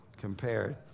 compared